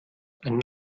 einen